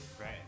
right